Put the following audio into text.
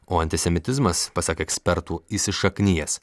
o antisemitizmas pasak ekspertų įsišaknijęs